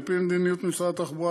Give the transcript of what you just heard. על-פי מדיניות משרד התחבורה,